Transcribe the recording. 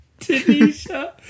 Tanisha